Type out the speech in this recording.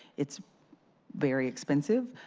it's very expensive,